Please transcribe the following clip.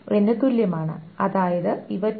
X ന് തുല്യമാണ് അതായത് ഇവ t2